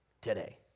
today